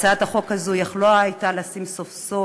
הצעת החוק הזו הייתה יכולה לשים סוף-סוף